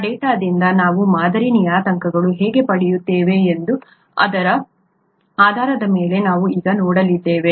ಆ ಡೇಟಾದಿಂದ ನಾವು ಮಾದರಿ ನಿಯತಾಂಕಗಳನ್ನು ಹೇಗೆ ಪಡೆಯುತ್ತೇವೆ ಎಂದು ಅದರ ಆಧಾರದ ಮೇಲೆ ನಾವು ಈಗ ನೋಡಲಿದ್ದೇವೆ